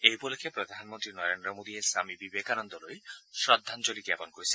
এই উপলক্ষে প্ৰধানমন্ত্ৰী নৰেন্দ্ৰ মোদীয়ে স্বামী বিবেকানন্দলৈ শ্ৰদ্ধাঞ্জলি জ্ঞাপন কৰিছে